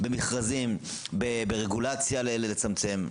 במכרזים וברגולציה לצמצם.